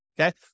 Okay